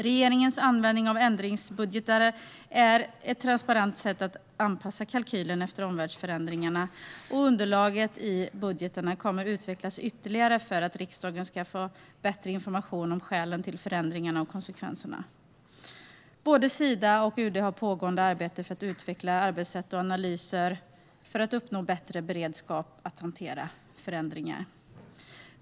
Regeringens användning av ändringsbudgetar är ett transparent sätt att anpassa kalkylen efter omvärldsförändringarna, och underlaget i budgetarna kommer att utvecklas ytterligare för att riksdagen ska få bättre information om skälen till förändringarna och om konsekvenserna. Både Sida och UD har ett pågående arbete för att utveckla arbetssätt och analyser för att uppnå bättre beredskap att hantera förändringar.